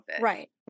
Right